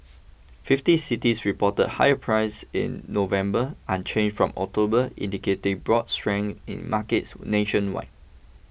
fifty cities reported higher prices in November unchanged from October indicating broad strength in markets nationwide